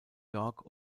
york